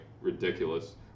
ridiculous